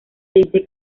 dice